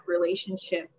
relationship